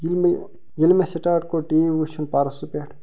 ییٛلہِ مےٚ ییٚلہِ مےٚ سِٹاٹ کوٚر ٹی وی وٕچھُن پرسُہ پٮ۪ٹھ